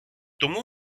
тому